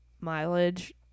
mileage